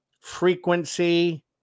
Frequency